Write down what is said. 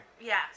Yes